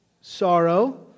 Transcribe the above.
sorrow